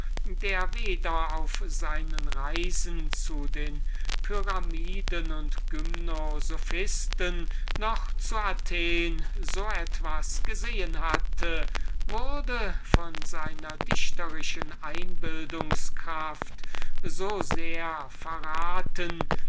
der weder auf seinen reisen zu den pyramiden und gymnosophisten noch zu athen so etwas gesehen hatte wurde von seiner dichterischen einbildungs-kraft so sehr verraten